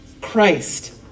Christ